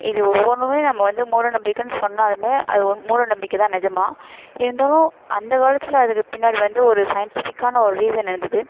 இது ஒவ்வொன்றுமே நம்ம வந்து மூட நம்பிக்கைன்னு சொன்னாலுமே அது ஒன் மூட நம்பிக்கை தான் நிஜமா இருந்தாலும் அந்த காலத்தில் அதுக்கு பின்னாடி வந்து ஒரு சயின்ட்டிஃபிக்கான ஒரு ரீஸன் இருந்தது